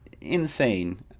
insane